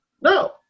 no